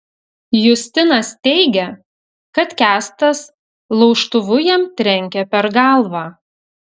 justinas teigia kad kęstas laužtuvu jam trenkė per galvą